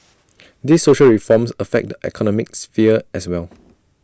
these social reforms affect the economic sphere as well